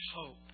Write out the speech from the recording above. hope